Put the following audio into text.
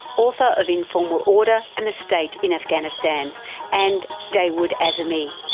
author of informal order and the state in afghanistan and dawood azami,